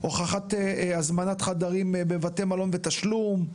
הוכחת הזמנת חדרים בבתי מלון בתשלום?